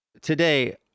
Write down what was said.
today